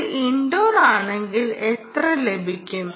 ഇത് ഇൻഡോർ ആണെങ്കിൽ എത്ര ലഭിക്കും